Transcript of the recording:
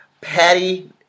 Patty